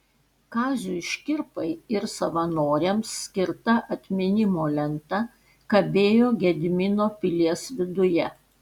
kaziui škirpai ir savanoriams skirta atminimo lenta kabėjo gedimino pilies viduje